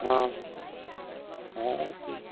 हींयाँ आउ ने और की